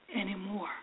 anymore